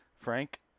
Frank